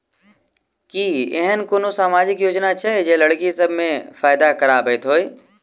की एहेन कोनो सामाजिक योजना छै जे लड़की सब केँ फैदा कराबैत होइ?